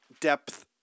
depth